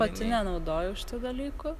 pati nenaudoju šitų dalykų